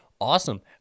Awesome